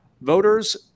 Voters